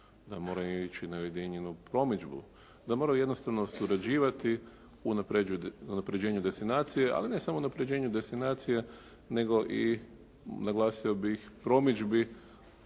da moraju ići na ujedinjenu promidžbu, da moraju jednostavno surađivati u unapređenju destinacije ali ne samo unapređenju destinacije nego i naglasio bih promidžbi